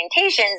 orientations